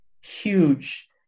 huge